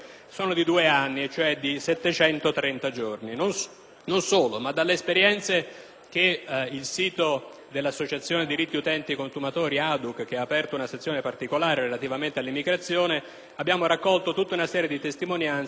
ma dal sito dell'Associazione per i diritti degli utenti e consumatori (ADUC), che haaperto una sezione particolare relativamente all'immigrazione, abbiamo raccolto tutta una serie di testimonianze secondo le quali le procedure di fatto durano molto più tempo rispetto ai due anni previsti, arrivando a quattro o più